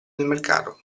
mercato